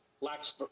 lacks